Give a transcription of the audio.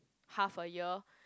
half a year